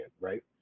right